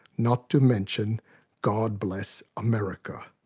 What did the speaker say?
not to mention god bless america.